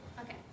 Okay